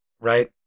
right